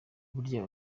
burya